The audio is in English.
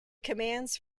commands